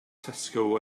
tesco